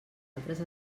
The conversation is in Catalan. altres